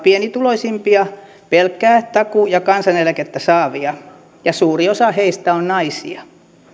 pienituloisimpia pelkkää takuu tai kansaneläkettä saavia ja suuri osa heistä on naisia